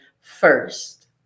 first